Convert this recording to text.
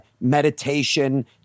meditation